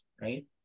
right